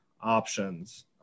options